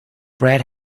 brad